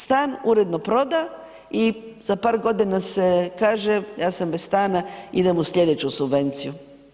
Stan uredno proda i za par godina se kaže, ja sam bez stana, idem u sljedeću subvenciju?